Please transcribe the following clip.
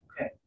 Okay